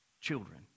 children